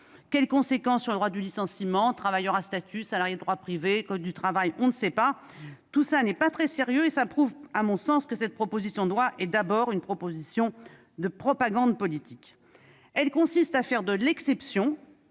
les conséquences sur le droit du licenciement, sur les travailleurs à statut, les salariés de droit privé, le code du travail ...? On ne sait pas ! Tout cela n'est pas très sérieux et prouve, à mon sens, que cette proposition de loi est d'abord un texte de propagande politique, qui consiste à faire de l'exception